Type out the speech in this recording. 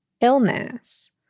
illness